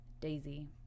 Daisy